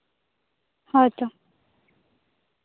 ᱦᱳᱭ ᱛᱚ